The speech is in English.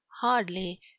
hardly